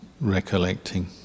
recollecting